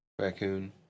Raccoon